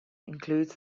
includes